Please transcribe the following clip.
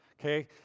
okay